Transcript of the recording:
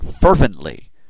fervently